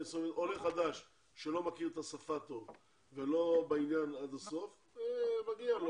עולה חדש שלא מכיר את השפה טוב ולא בעניין עד הסוף מגיעה לו